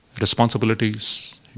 responsibilities